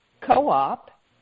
co-op